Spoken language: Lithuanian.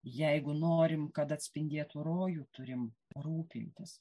jeigu norim kad atspindėtų rojų turim rūpintis